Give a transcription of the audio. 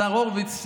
השר הורוביץ,